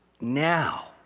now